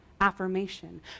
affirmation